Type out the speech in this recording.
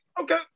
Okay